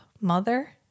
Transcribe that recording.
mother